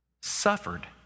suffered